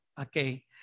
Okay